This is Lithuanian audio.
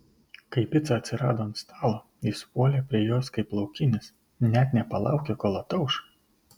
kai pica atsirado ant stalo jis puolė prie jos kaip laukinis net nepalaukė kol atauš